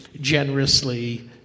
generously